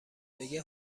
بگه